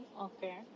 Okay